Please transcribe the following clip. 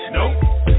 Nope